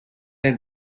del